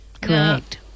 Correct